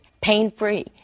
pain-free